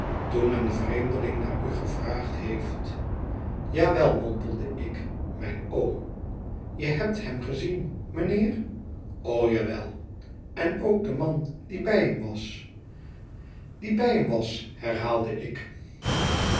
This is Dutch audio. een vreemdeling naar u gevraagd heeft ja wel mompelde ik mijn oom te hebt hem gezien mijnheer ja wel en ook den man die bij hem was die bij hem was herhaalde ik